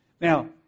Now